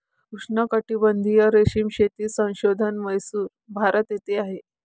उष्णकटिबंधीय रेशीम शेती संशोधन म्हैसूर, भारत येथे आहे